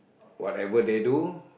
whatever they do